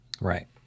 Right